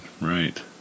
right